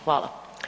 Hvala.